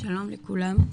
שלום לכולם,